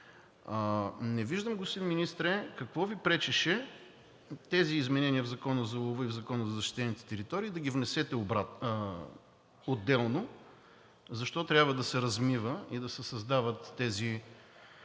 Не виждам, господин Министър, какво Ви пречеше тези изменения в Закона за лова и в Закона за защитените територии да ги внесете отделно? Защо трябва да се размива и да се създават,